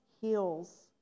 heals